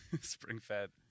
Spring-fed